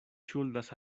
ŝuldas